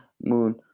moon